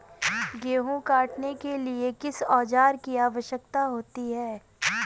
गेहूँ काटने के लिए किस औजार की आवश्यकता होती है?